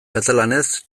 katalanez